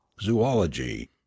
zoology